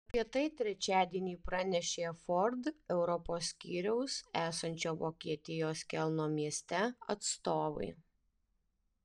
apie tai trečiadienį pranešė ford europos skyriaus esančio vokietijos kelno mieste atstovai